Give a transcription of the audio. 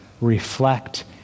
reflect